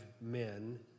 men